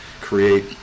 create